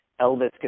Elvis